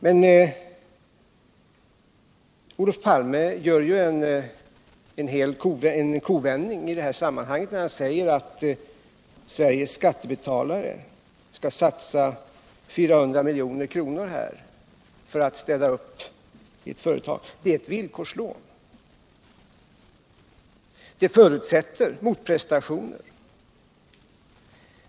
Men Olof Palme gör ju en kovändning när han säger att Sveriges skattebetalare skall satsa 400 milj.kr. här för att ställa upp i ett företag. Det är ett villkorslån och det förutsätter motprestationer.